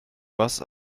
was